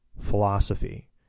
Philosophy